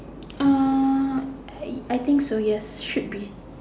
uh I I think so yes should be